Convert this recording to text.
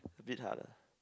a bit hard lah